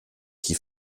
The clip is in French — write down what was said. qui